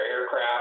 aircraft